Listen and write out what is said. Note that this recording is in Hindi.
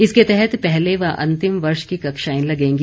इसके तहत पहले व अंतिम वर्ष की कक्षाएं लगेंगी